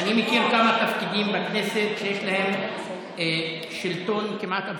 אני מכיר כמה תפקידים בכנסת שיש להם שלטון כמעט אבסולוטי.